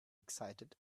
excited